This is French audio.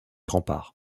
remparts